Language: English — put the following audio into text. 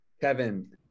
Kevin